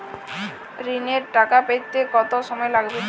ঋণের টাকা পেতে কত সময় লাগবে?